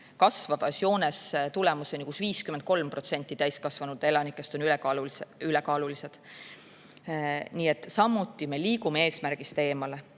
kasvavas joones tulemuseni, et 53% täiskasvanud elanikest on ülekaalulised. Nii et siin samuti me liigume eesmärgist eemale.